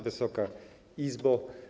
Wysoka Izbo!